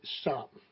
stop